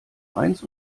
eins